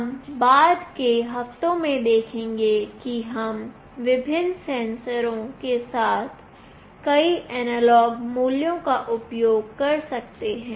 हम बाद के हफ्तों में देखेंगे कि हम विभिन्न सेंसरों के साथ कई एनालॉग मूल्यों का उपयोग कर सकते हैं